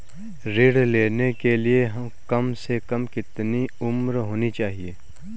ऋण लेने के लिए कम से कम कितनी उम्र होनी चाहिए?